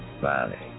valley